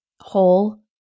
whole